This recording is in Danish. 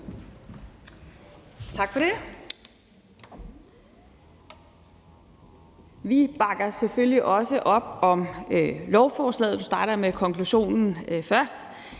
Tak for det. Vi bakker selvfølgelig også op om lovforslaget. Nu starter jeg med konklusionen –